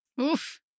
Oof